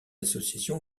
association